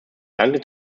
danke